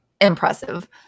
impressive